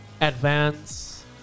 Advance